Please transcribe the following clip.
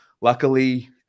Luckily